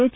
H